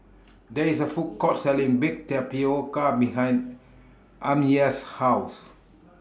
There IS A Food Court Selling Baked Tapioca behind Amya's House